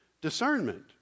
discernment